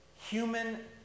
Human